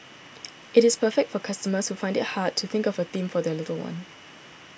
it is perfect for customers who find it hard to think of a theme for their little one